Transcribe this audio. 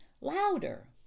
louder